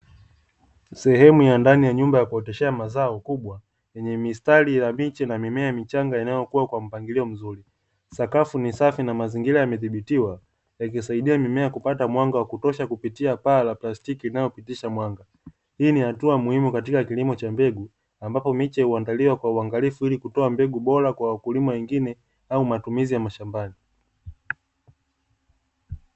Sehemu ya ndani ya nyumba ya kuoteshea mazao kubwa yenye mistari ya miche na mimea michanga inayokuwa kwa mpangilio mzuri. Sakafu ni safi na mazingira yamedhibitiwa ikisaidia mimea kupata mwanga wa kutosha kupitia paa la plastiki linalopitisha mwanga. Hii ni hatua muhimu katika kilimo cha mbegu ambapo miche huandaliwa kwa uangalifu ili kutoa mbegu bora kwa wakulima wengine au matumizi ya mashambani.